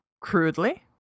crudely